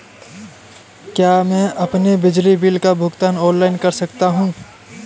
क्या मैं अपने बिजली बिल का भुगतान ऑनलाइन कर सकता हूँ?